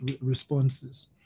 Responses